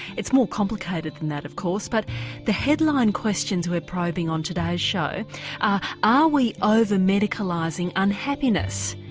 it's more complicated than that of course but the headline questions we're probing on today's show are are we over-medicalising unhappiness,